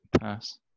Pass